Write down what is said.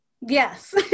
Yes